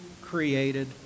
created